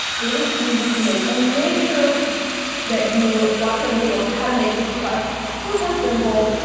really easy to make. and make sure that you watch our video on how to make this crust. super simple,